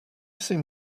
seen